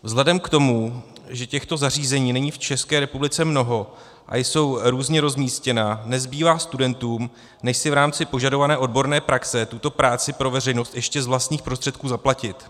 Vzhledem k tomu, že těchto zařízení není v České republice mnoho a jsou různě rozmístěna, nezbývá studentům, než si v rámci požadované odborné praxe tuto práci pro veřejnost ještě z vlastních prostředků zaplatit.